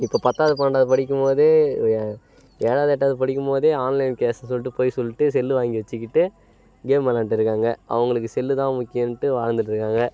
இப்போ பத்தாவது பன்னெண்டாவது படிக்கும் போதே ஏ ஏழாவது எட்டாவது படிக்கும் போதே ஆன்லைன் கிளாஸ்னு சொல்லிட்டு பொய் சொல்லிட்டு செல்லு வாங்கி வச்சுக்கிட்டு கேம் விளாண்டு இருக்காங்க அவங்களுக்கு செல்லு தான் முக்கியோம்ட்டு வாழ்ந்துட்டுருக்காங்க